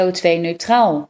CO2-neutraal